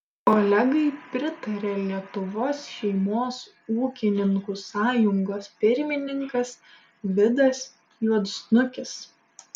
kolegai pritarė lietuvos šeimos ūkininkų sąjungos pirmininkas vidas juodsnukis